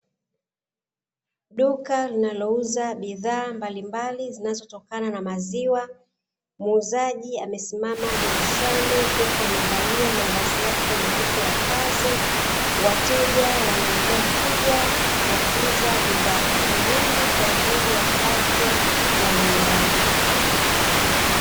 Duka linalouza bidhaa mbalimbali zinazotokana na maziwa muuzaji amesimama dirishani huku amevalia mavazi meupe, wateja wanaendelea kuja kuagiza bidhaa hiyo muhimu kwa ajili ya afya ya binadamu.